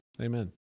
Amen